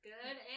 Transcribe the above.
Good